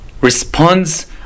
responds